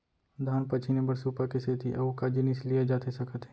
धान पछिने बर सुपा के सेती अऊ का जिनिस लिए जाथे सकत हे?